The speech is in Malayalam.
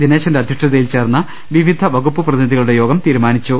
ദിനേശന്റെ അധ്യക്ഷതയിൽ ചേർന്ന വിവിധ വകുപ്പു പ്രതിനിധികളുടെ യോഗം തീരുമാനിച്ചു